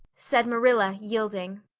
said marilla, yielding.